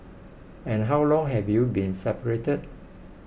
and how long have you been separated